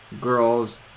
girls